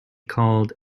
called